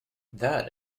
that